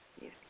Yes